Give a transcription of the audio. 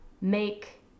make